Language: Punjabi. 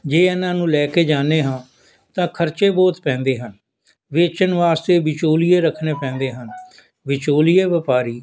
ਜੇ ਇਹਨਾਂ ਨੂੰ ਲੈ ਕੇ ਜਾਂਦੇ ਹਾਂ ਤਾਂ ਖਰਚੇ ਬਹੁਤ ਪੈਂਦੇ ਹਨ ਵੇਚਣ ਵਾਸਤੇ ਵਿਚੋਲੀਏ ਰੱਖਣੇ ਪੈਂਦੇ ਹਨ ਵਿਚੋਲੀਏ ਵਪਾਰੀ